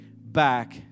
back